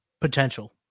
potential